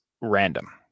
random